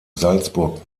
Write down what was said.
salzburg